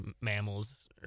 mammals